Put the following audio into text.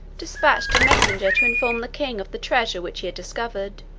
despatched a messenger to inform the king of the treasure which he had discovered